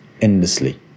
endlessly